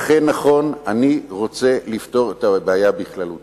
אכן נכון, אני רוצה לפתור את הבעיה בכללותה.